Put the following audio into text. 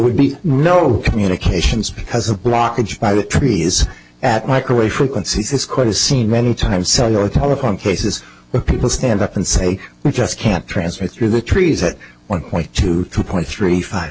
would be no communications because of blockage by the trees at microwave frequencies it's quite a scene many times cellular telephone cases where people stand up and say we just can't transfer through the trees at one point two two point three five